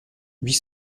huit